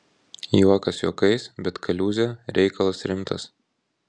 juokas juokais bet kaliūzė reikalas rimtas